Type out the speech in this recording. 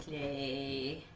a